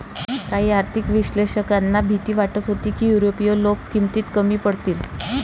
काही आर्थिक विश्लेषकांना भीती वाटत होती की युरोपीय लोक किमतीत कमी पडतील